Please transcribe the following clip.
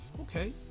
okay